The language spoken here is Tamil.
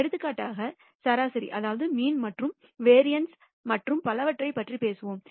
எடுத்துக்காட்டு சராசரி மற்றும் வேரியன்ஸ் மற்றும் பலவற்றைப் பற்றி பேசுவோம்